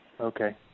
Okay